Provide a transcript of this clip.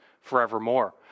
forevermore